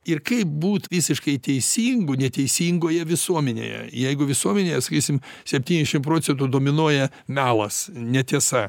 ir kaip būt visiškai teisingu neteisingoje visuomenėje jeigu visuomenėje sakysim septyniasdešim procentų dominuoja melas netiesa